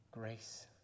grace